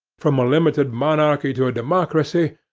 from a limited monarchy to a democracy,